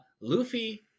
Luffy